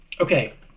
Okay